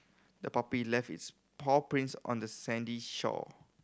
the puppy left its paw prints on the sandy shore